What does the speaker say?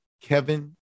Kevin